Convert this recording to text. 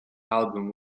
album